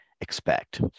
expect